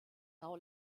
now